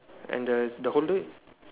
and the the holder